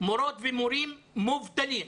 מורות ומורים מובטלים.